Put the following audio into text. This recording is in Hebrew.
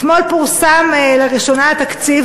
אתמול פורסם לראשונה התקציב,